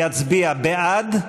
יצביע בעד,